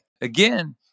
Again